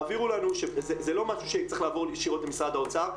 זה לא משהו שצריך לעבור ישירות ממשרד האוצר.